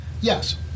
Yes